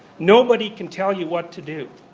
nobody can tell you what to do.